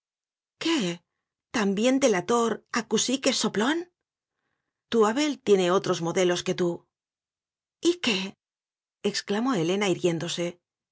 qué también delator acusique soplón tu abel tiene otros modelos que tú y qué exclamó helena irguiéndose